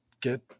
get